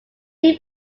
new